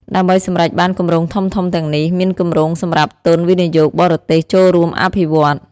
ដើម្បីសម្រេចបានគម្រោងធំៗទាំងនេះ មានគម្រោងសម្រាប់ទុនវិនិយោគបរទេសចូលរួមអភិវឌ្ឍន៍។